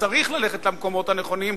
שצריך ללכת למקומות הנכונים,